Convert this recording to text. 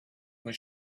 was